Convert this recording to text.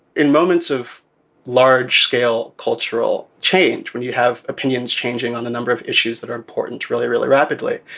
in moments of large scale cultural change, when you have opinions changing on a number of issues that are important to really, really rapidly,